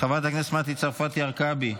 חברת הכנסת מטי צרפתי הרכבי,